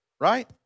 right